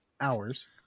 hours